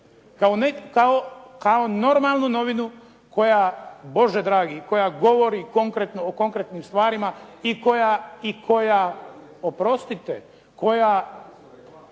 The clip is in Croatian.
kao normalnu novinu koja, Bože dragi, koja govori o konkretnim stvarima i koja oprostite, mogu